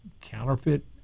counterfeit